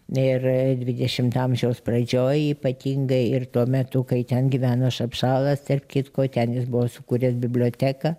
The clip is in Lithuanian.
ir dvidešimto amžiaus pradžioj ypatingai ir tuo metu kai ten gyveno šapšalas tarp kitko ten jis buvo sukūręs biblioteką